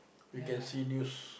we can see news